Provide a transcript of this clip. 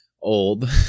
old